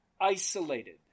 isolated